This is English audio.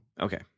Okay